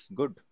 good